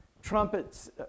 Trumpets